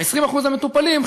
ה-20% המטופלים,